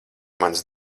mans